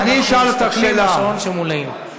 אנחנו מסתכלים בשעון שמולנו.